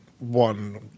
one